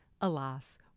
alas